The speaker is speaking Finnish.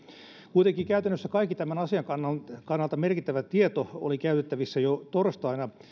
kuitenkin käytännössä kaikki tämän asian kannalta kannalta merkittävä tieto oli käytettävissä jo torstaina